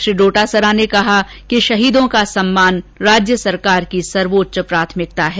श्री डोटासरा ने कहा कि शहीदों का सम्मान राज्य सरकार की सर्वोच्च प्राथमिकता है